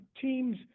teams